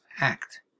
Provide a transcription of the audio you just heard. act